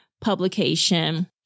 publication